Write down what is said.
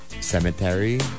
cemetery